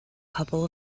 couple